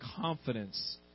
confidence